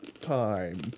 time